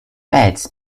beds